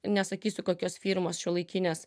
nesakysiu kokios firmos šiuolaikinės